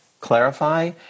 clarify